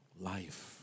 Life